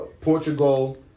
Portugal